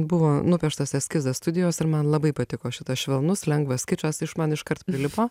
buvo nupieštas eskizas studijos ir man labai patiko šitas švelnus lengvas kičas iš man iškart prilipo